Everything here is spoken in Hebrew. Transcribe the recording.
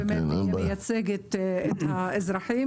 היא במגזר הלא יהודי.